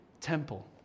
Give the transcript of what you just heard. temple